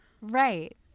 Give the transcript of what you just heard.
right